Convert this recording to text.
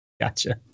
Gotcha